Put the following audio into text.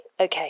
Okay